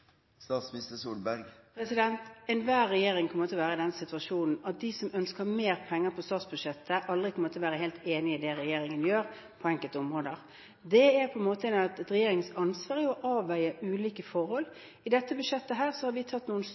Enhver regjering kommer til å være i den situasjonen at de som ønsker mer penger på statsbudsjettet, aldri kommer til å være helt enig i det regjeringen gjør på enkelte områder. Det er en regjerings ansvar å avveie ulike forhold. I dette budsjettet har vi tatt noen